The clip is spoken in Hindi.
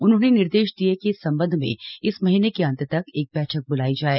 उन्होंने निर्देश दिये कि इस सम्बन्ध में इस महीने के अन्त तक एक बैठक ब्लाई जाए